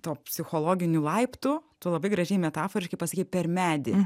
to psichologinių laiptų tu labai gražiai metaforiškai pasakei per medį